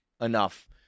enough